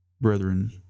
Brethren